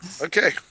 Okay